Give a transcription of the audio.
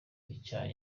icyaha